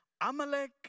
Amalek